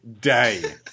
day